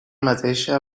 mateixa